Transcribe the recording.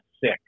sick